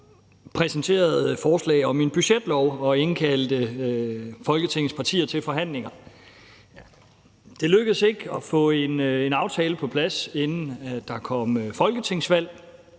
gang præsenterede forslag om en budgetlov og indkaldte Folketingets partier til forhandlinger. Det lykkedes ikke at få en aftale på plads, inden der kom folketingsvalg.